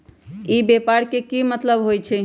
ई व्यापार के की मतलब होई छई?